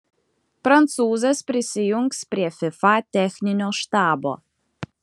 prancūzas prisijungs prie fifa techninio štabo